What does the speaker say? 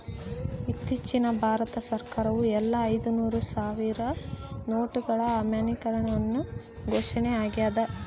ಇತ್ತೀಚಿಗೆ ಭಾರತ ಸರ್ಕಾರವು ಎಲ್ಲಾ ಐದುನೂರು ಸಾವಿರ ನೋಟುಗಳ ಅಮಾನ್ಯೀಕರಣವನ್ನು ಘೋಷಣೆ ಆಗ್ಯಾದ